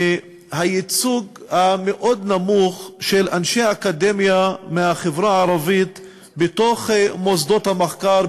מהייצוג המאוד-נמוך של אנשי אקדמיה מהחברה הערבית במוסדות המחקר,